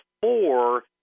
four